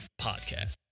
podcast